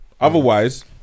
Otherwise